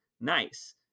nice